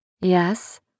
Yes